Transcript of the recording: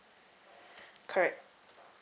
correct